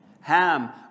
Ham